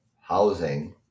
housing